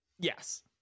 Yes